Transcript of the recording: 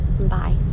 Bye